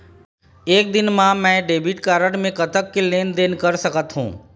एक दिन मा मैं डेबिट कारड मे कतक के लेन देन कर सकत हो?